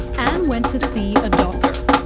ann went to see a doctor.